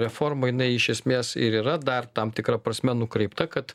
reforma jinai iš esmės ir yra dar tam tikra prasme nukreipta kad